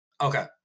Okay